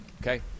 okay